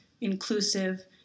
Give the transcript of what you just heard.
inclusive